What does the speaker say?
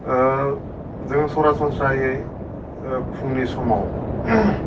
जोङो सरासनस्रायै फुंनि समाव